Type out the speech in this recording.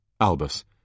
Albus